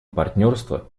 партнерства